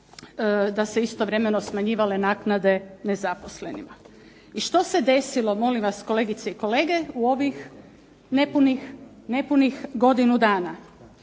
da se istovremeno smanjivale naknade nezaposlenima. I što se desilo molim vas kolegice i kolege u ovih nepunih godinu dana.